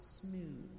smooth